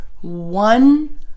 One